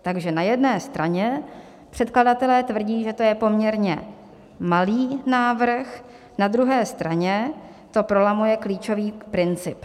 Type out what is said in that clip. Takže na jedné straně předkladatelé tvrdí, že to je poměrně malý návrh, na druhé straně to prolamuje klíčový princip.